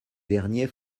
derniers